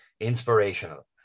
inspirational